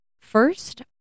First